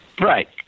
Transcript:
Right